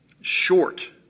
short